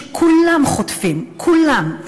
שכולם חוטפים, כולם.